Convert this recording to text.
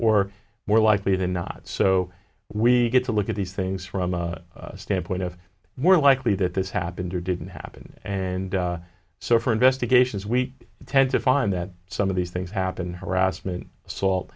or more likely than not so we get to look at these things from a standpoint of more likely that this happened or didn't happen and so for investigations we tend to find that some of these things happen harassment salt